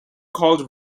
called